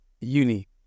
uni